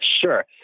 sure